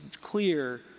clear